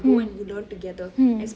mm mm